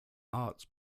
arts